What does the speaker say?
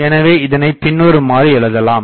எனவே இதனைப் பின்வருமாறு எழுதலாம்